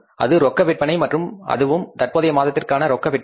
அது ரொக்க விற்பனை மற்றும் அதுவும் தற்போதைய மாதத்திற்கான ரொக்க விற்பனை